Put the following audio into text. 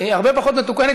הרבה פחות מתוקנת,